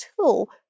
tool